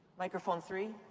microphone three?